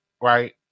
right